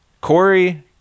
Corey